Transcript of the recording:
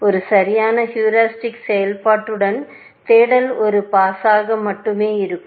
ஒரு சரியான ஹீரிஸ்டிக் செயல்பாட்டுடன் தேடல் ஒரு பாஸாக மட்டுமே இருக்கும்